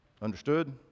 understood